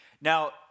Now